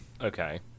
Okay